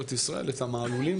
הוא לא בא להחליף את משטרת ישראל.